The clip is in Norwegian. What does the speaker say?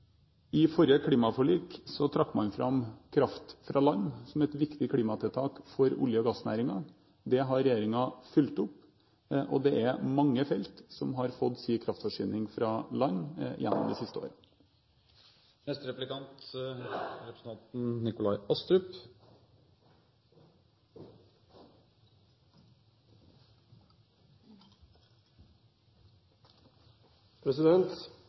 I forrige klimaforlik trakk man fram kraft fra land som et viktig klimatiltak for olje- og gassnæringen. Det har regjeringen fulgt opp, og det er mange felt som har fått sin kraftforsyning fra land gjennom det siste